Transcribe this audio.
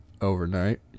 overnight